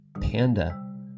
panda